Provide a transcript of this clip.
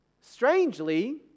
strangely